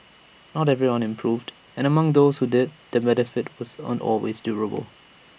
not everyone improved and among those who did the benefit wasn't always durable